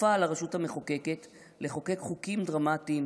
כופה על הרשות המחוקקת לחוקק חוקים דרמטיים